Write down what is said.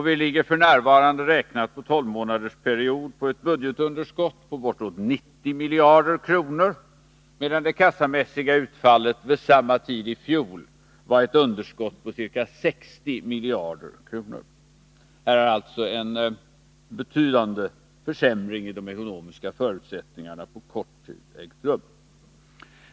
Vi ligger f.n. — räknat på en tolvmånadersperiod — på ett budgetunderskott på bortåt 90 miljarder kronor, medan det kassamässiga utfallet vid samma tid i fjol var ett underskott på ca 60 miljarder kronor. Här har alltså en betydande försämring av de ekonomiska förutsättningarna på kort tid ägt rum.